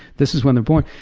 this is when they're born.